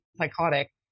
psychotic